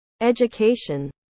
education